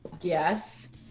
Yes